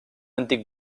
antic